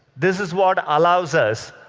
this is what allows us,